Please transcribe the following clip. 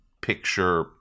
picture